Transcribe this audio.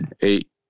eight